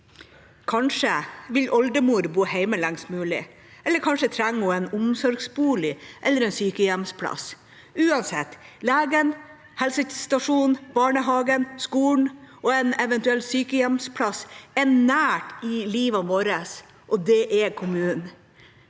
Kanskje vil oldemor bo hjemme lengst mulig, eller kanskje trenger hun en omsorgsbolig eller en sykehjemsplass. Uansett: Legen, helsestasjonen, barnehagen, skolen og en eventuell sykehjemsplass er nært i livet vårt, og det er kommunen.